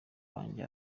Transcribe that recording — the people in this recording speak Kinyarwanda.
wanjye